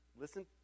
Listen